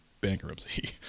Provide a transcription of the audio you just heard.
bankruptcy